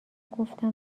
گفتم